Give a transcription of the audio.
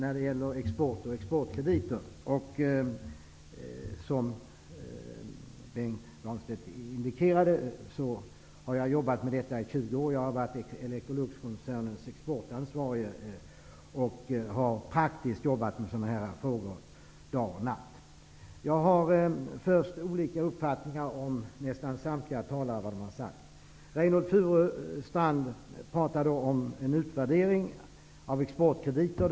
Precis som Bengt Dalström indikerade har jag jobbat med dessa frågor i 20 år. Jag har varit Elektroluxkoncernens exportansvarige, och jag har jobbat praktiskt med dessa frågor dag och natt. Jag har en annan uppfattning än nästan samtliga talare. Reynoldh Furustrand pratade om att man skall göra en utvärdering av exportkrediter.